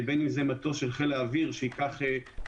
בין אם זה מטוס של חיל האוויר שייקח אנשים